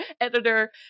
editor